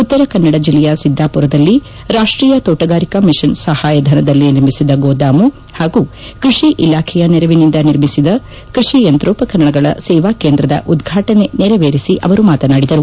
ಉತ್ತರಕನ್ನಡ ಜಿಲ್ಲೆಯ ಸಿದ್ದಾಪುರದಲ್ಲಿ ರಾಷ್ಟೀಯ ತೋಟಗಾರಿಕಾ ಮಿಷನ್ ಸಹಾಯಧನದಲ್ಲಿ ನಿರ್ಮಿಸಿದ ಗೋದಾಮು ಹಾಗೂ ಕೃಷಿ ಇಲಾಖೆಯ ನೆರವಿನಿಂದ ನಿರ್ಮಿಸಿದ ಕೃಷಿ ಯಂತ್ರೋಪಕರಣಗಳ ಸೇವಾ ಕೇಂದ್ರದ ಉದ್ಘಾಟನೆ ನೆರವೇರಿಸಿ ಅವರು ಮಾತನಾಡಿದರು